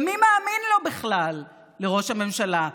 ומי מאמין לו בכלל, לראש הממשלה?